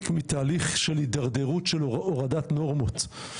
מתהליך של הידרדרות של הורדת נורמות.